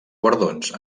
guardons